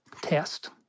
test